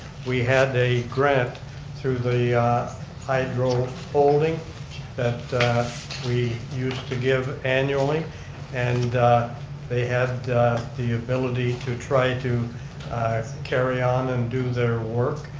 we had a grant through the hydra holding that we used to give annually and they had the ability to try to carry on and do their work.